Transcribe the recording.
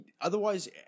Otherwise